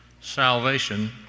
salvation